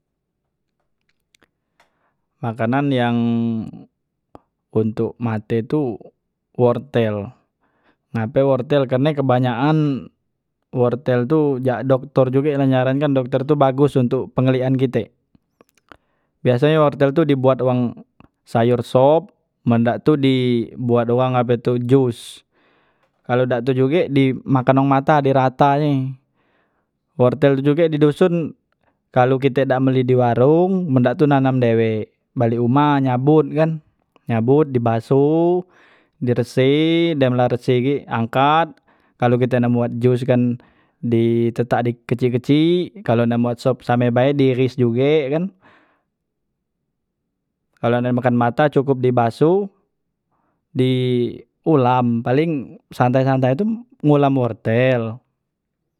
Makanan yang untuk mate tu wortel, ngape wortel karne kebanyakan wortel tu jak doktor juge nak nyarankan dokter tu bagus untuk pengliyekan kite biasonyo wortel tu dibuat wang sayor sop men dak tu di buat wang ape tu jus kalu dak tu juge di makan wong mata di ratanye wortel tu juge di duson kalu kite dak mbeli di warong men dak tu nanam dewek bale humah nyabot kan, nyabot di basoh di rese dem men la rese gek angkat kalu kite nak mbuat jus kan di tetak dik kecik- kecik kalu nak mbuat sop same bae di ires juge kan kalu nak makan mata cukop di basoh di ulam paleng santai- santai tu ngulam wortel.